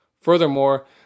furthermore